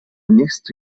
nächste